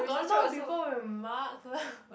got a lot people with marks lah